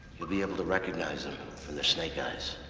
you'll be able to recognize them from their snake eyes.